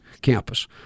campus